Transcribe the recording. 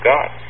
God